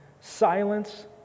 silence